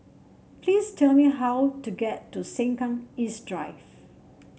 please tell me how to get to Sengkang East Drive